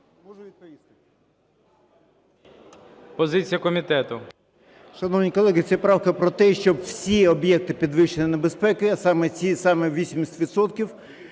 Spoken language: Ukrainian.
Позиція комітету.